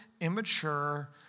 immature